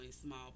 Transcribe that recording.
small